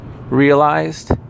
realized